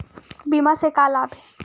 बीमा से का लाभ हे?